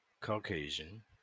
caucasian